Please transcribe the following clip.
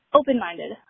open-minded